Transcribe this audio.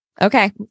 okay